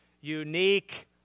unique